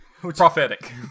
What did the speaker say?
Prophetic